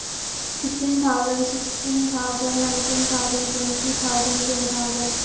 fifteen thousand sixteen thousand nineteen thousand twenty thousand ten thousand